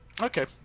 Okay